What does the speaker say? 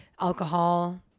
alcohol